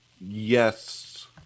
yes